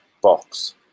box